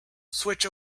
switch